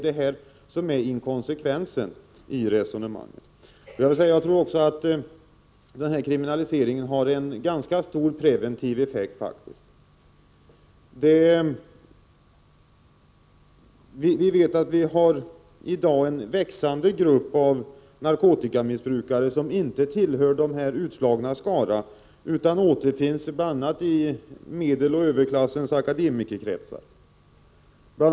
Det är en inkonsekvens i resonemanget. Jag tror att en kriminalisering faktiskt också har en ganska stor preventiv effekt. Vi har i dag en växande grupp av narkotikamissbrukare som inte tillhör de utslagnas skara utan återfinns i bl.a. medeloch överklassens akademikerkretsar. Bl.